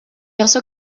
also